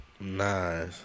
Nice